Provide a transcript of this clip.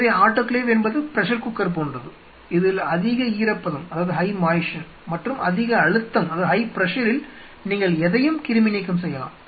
எனவே ஆட்டோகிளேவ் என்பது pressure cooker போன்றது இதில் அதிக ஈரப்பதம் மற்றும் அதிக அழுத்தத்தில் நீங்கள் எதையும் கிருமி நீக்கம் செய்யலாம்